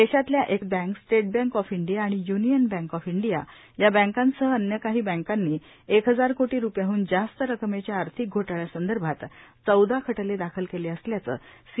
देशातल्या Exim Bank State Bank of India आणि Union Bank of India या बँकांसह अन्य काही बँकांनी एक हजार कोटी रुपयांहन जास्त रकमेच्या आर्थिक घोटाळ्यांसंदर्भात चौदा खटले दाखल केले असल्याचं सी